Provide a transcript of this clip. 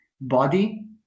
body